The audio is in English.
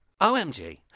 OMG